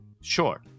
Sure